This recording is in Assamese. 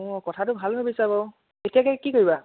অঁ কথাটো ভাল ভাবিছা বাৰু কেতিয়াকে কি কৰিবা